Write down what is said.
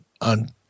on